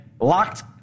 locked